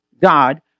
God